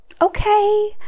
Okay